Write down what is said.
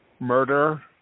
murder